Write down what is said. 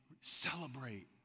celebrate